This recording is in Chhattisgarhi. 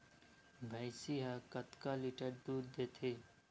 भंइसी हा कतका लीटर दूध देथे?